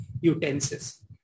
utensils